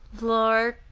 lord,